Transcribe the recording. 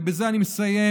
ובזה אני מסיים,